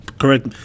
Correct